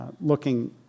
looking